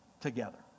together